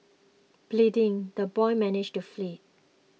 bleeding the boy managed to flee